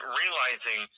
realizing